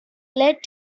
led